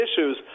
issues